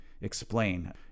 explain